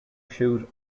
shoot